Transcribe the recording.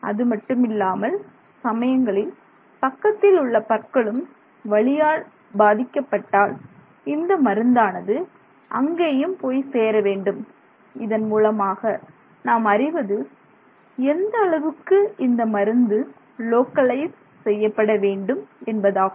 அதுமட்டுமில்லாமல் சமயங்களில் பக்கத்தில் உள்ள பற்களும் வலியால் பாதிக்கப்பட்டால் இந்த மருந்தானது அங்கேயும் போய் சேர வேண்டும் இதன் மூலமாக நாம் அறிவது எந்த அளவுக்கு இந்த மருந்து லோக்கலைஸ் செய்யப்பட வேண்டும் என்பதாகும்